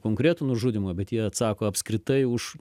konkretų nužudymą bet jie atsako apskritai už